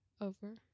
over